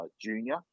Junior